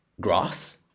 grass